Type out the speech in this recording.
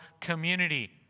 community